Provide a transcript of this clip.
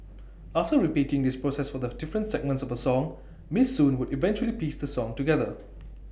after repeating this process for the different segments of A song miss soon would eventually piece the song together